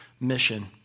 mission